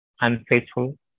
unfaithful